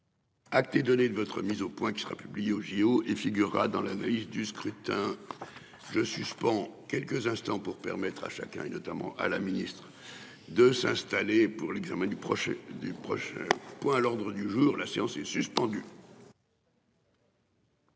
Acte est donné de votre mise au point qui sera publiée au JO et figurera dans la veille du scrutin. Je suspends quelques instants pour permettre à chacun et notamment à la ministre. De s'installer pour l'examen du projet du projet point à l'ordre du jour, la séance est suspendue.